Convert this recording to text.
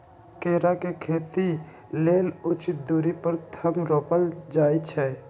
केरा के खेती लेल उचित दुरी पर थम रोपल जाइ छै